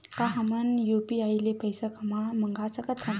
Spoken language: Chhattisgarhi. का हमन ह यू.पी.आई ले पईसा मंगा सकत हन?